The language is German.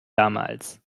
damals